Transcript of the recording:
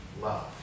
love